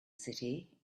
city